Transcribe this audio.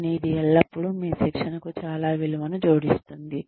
కానీ ఇది ఎల్లప్పుడూ మీ శిక్షణకు చాలా విలువను జోడిస్తుంది